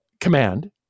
command